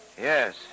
Yes